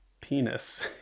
penis